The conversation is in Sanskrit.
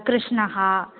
कृष्णः